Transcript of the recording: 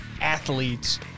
athletes